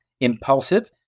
impulsive